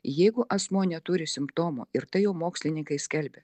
jeigu asmuo neturi simptomų ir tai jau mokslininkai skelbė